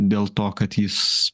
dėl to kad jis